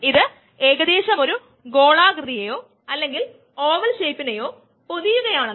നമ്മൾ എഞ്ചിൻ ഒരുമിച്ച് ചേർക്കുന്നു അതായത് ബോൾട്ട് മുതൽ എഞ്ചിൻ വരെ